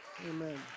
Amen